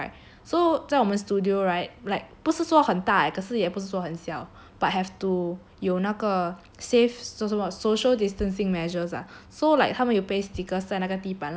so 在我们 studio right like 不是说很大 leh 可是也不是说很小 but have to 有那个 err safe so~ 什么 social distancing measures ah so like 他们有 paste stickers 在那个地板 lah so like